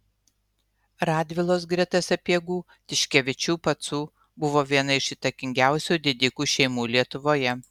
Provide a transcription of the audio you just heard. radvilos greta sapiegų tiškevičių pacų buvo viena iš įtakingiausių didikų šeimų lietuvoje